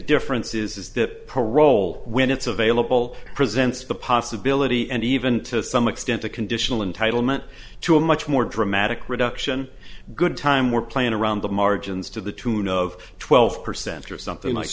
difference is that parole when it's available presents the possibility and even to some extent a conditional in title meant to a much more dramatic reduction good time were planned around the margins to the tune of twelve percent or something